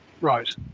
Right